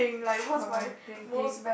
for my thinking